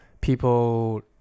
people